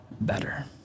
better